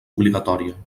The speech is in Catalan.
obligatòria